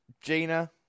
Gina